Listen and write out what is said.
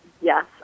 Yes